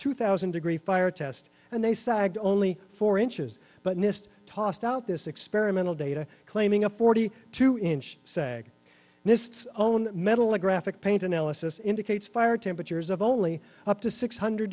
two thousand degree fire test and they sagged only four inches but missed tossed out this experimental data claiming a forty two inch say mists own metal a graphic paint analysis indicates fire temperatures of only up to six hundred